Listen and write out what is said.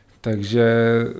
Takže